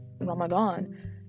Ramadan